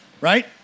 Right